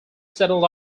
settled